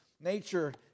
Nature